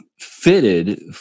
fitted